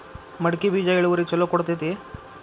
ಮಡಕಿ ಬೇಜ ಇಳುವರಿ ಛಲೋ ಕೊಡ್ತೆತಿ?